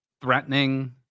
threatening